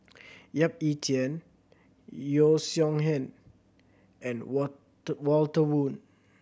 Yap Ee Chian Yeo Song and Walter Woon